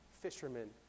fishermen